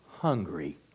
hungry